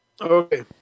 Okay